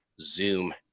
Zoom